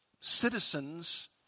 citizens